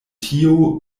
tio